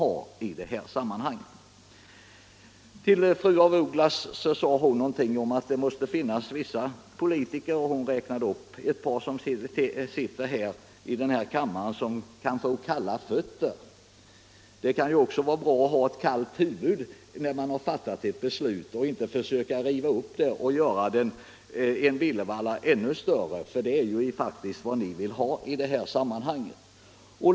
Fru af Ugglas räknade upp ett par politiker i den här kammaren och sade att de kunde få ”kalla fötter”. Det kan också vara bra att ha ett kallt huvud när man har fattat ett beslut och inte försöka riva upp det och åstadkomma en större villervalla. Det är faktiskt vad ni vill i de sammanhangen.